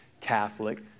Catholic